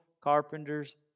carpenter's